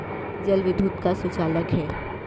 जल विद्युत का सुचालक है